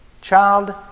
child